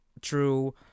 True